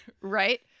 Right